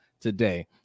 today